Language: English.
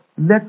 let